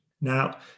Now